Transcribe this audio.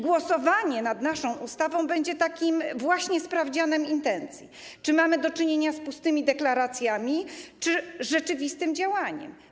Głosowanie nad naszą ustawą będzie takim właśnie sprawdzianem intencji, tego, czy mamy do czynienia z pustymi deklaracjami, czy z rzeczywistym działaniem.